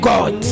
God